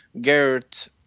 Garrett